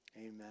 amen